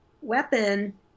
weapon